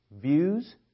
views